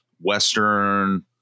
western